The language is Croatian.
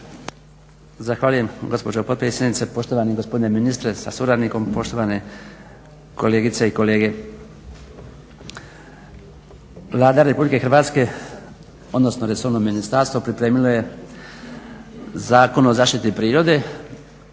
Zahvaljujem gospođo potpredsjednice, poštovani gospodine ministre sa suradnikom, poštovane kolegice i kolege. Vlada Republike Hrvatske, odnosno resorno ministarstvo, pripremilo je Zakon o zaštiti prirode